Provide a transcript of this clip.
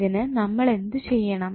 ഇതിന് നമ്മളെന്തു ചെയ്യണം